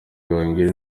gahongayire